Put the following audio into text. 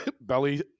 belly